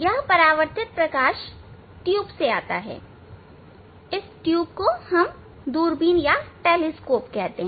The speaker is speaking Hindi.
यह परावर्तित प्रकाश ट्यूब से आता है इस ट्यूब को दूरबीन कहते हैं